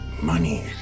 money